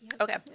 Okay